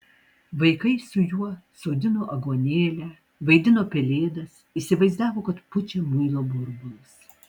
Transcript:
vaikai su juo sodino aguonėlę vaidino pelėdas įsivaizdavo kad pučia muilo burbulus